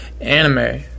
anime